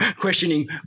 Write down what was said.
Questioning